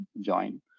join